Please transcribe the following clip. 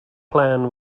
plan